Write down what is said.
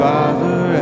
Father